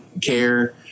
care